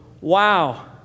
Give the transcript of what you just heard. wow